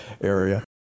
area